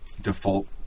default